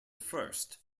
first